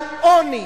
על עוני,